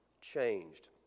changed